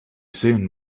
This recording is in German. sehen